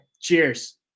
Cheers